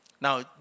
Now